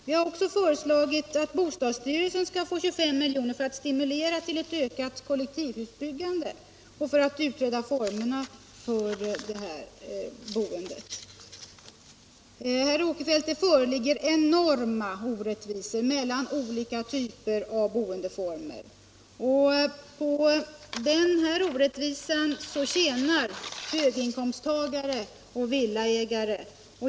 Vi har också föreslagit att bostadsstyrelsen skall få 25 milj.kr. för att stimulera till ett ökat kollektivhusbyggande och för att utreda formerna för detta boende. Det föreligger, herr Åkerfeldt, enorma orättvisor mellan olika typer av boende. På dessa orättvisor tjänar höginkomsttagare och villaägare.